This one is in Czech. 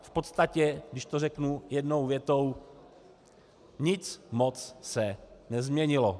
V podstatě, když to řeknu jednou větou, nic moc se nezměnilo.